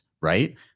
right